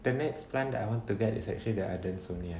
the next plant that I wanted to get is actually the hudsonia